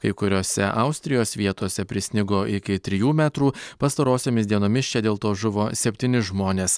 kai kuriose austrijos vietose prisnigo iki trijų metrų pastarosiomis dienomis čia dėl to žuvo septyni žmonės